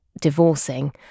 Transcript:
divorcing